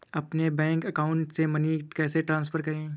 अपने bank account से money कैसे ट्रांसफर करें?